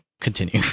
Continue